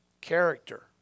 character